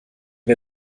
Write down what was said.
wir